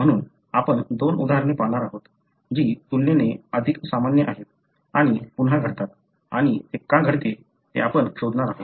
म्हणून आपण दोन उदाहरणे पाहणार आहोत जी तुलनेने अधिक सामान्य आहेत आणि पुन्हा घडतात आणि ते का घडते ते आपण शोधणार आहोत